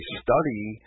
study